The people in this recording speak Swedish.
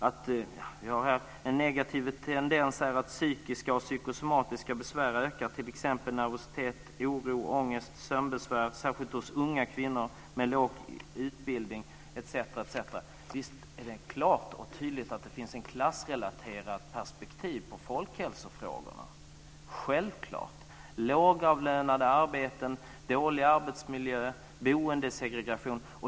Vi har den negativa tendensen att psykiska och psykosomatiska besvär har ökat, t.ex. nervositet, oro, ångest och sömnbesvär, särskilt hos unga kvinnor med låg utbildning etc. Visst är det klart och tydligt att det finns ett klassrelaterat perspektiv på folkhälsofrågorna - självklart. Det handlar om lågavlönade arbeten, dålig arbetsmiljö, boendesegregation osv.